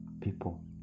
people